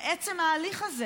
מעצם ההליך הזה